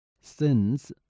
sins